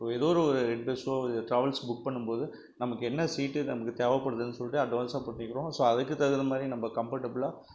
ஏதோ ஒரு ரெட் பஸ்ஸோ ட்ராவல்ஸ் புக் பண்ணும்போது நமக்கு என்ன சீட்டு நமக்கு தேவை படுதுன்னு சொல்லிவிட்டு அட்வான்ஸாக பண்ணிக்கிறோம் ஸோ அதுக்கு தகுந்த மாதிரி நம்ப கம்ஃபோடபிளாக